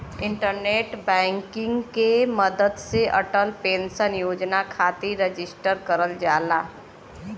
internet banking के मदद से अटल पेंशन योजना खातिर रजिस्टर करल जाला